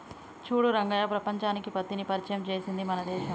చూడు రంగయ్య ప్రపంచానికి పత్తిని పరిచయం చేసింది మన దేశం